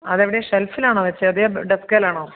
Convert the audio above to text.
അതെവിടെ ഷെൽഫിലാണോ വെച്ചത് അതേ ഡെസ്ക്കേലാണോ